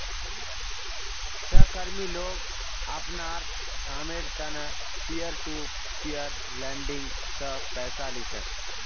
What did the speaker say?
सहकर्मी लोग अपनार कामेर त न पीयर टू पीयर लेंडिंग स पैसा ली छेक